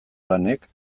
lanek